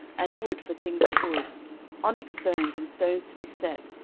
and wood for things of wood onyx stones, and stones to be set,